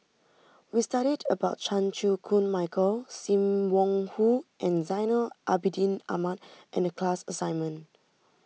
we studied about Chan Chew Koon Michael Sim Wong Hoo and Zainal Abidin Ahmad in the class assignment